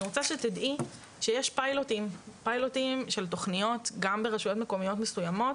אני רוצה שתדעי שיש פיילוטים של תכניות גם ברשויות מקומיות מסוימות.